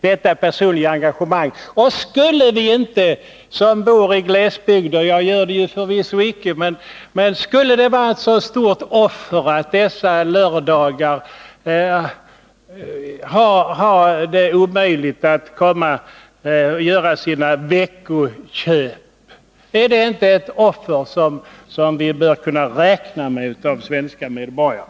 Skulle det verkligen vara ett så stort offer för dem som bor i glesbygd — jag gör det förvisso icke — att inte kunna göra sina veckoinköp på Systemet på lördagarna? Är inte det ett offer som vi bör kunna räkna med av svenska medborgare?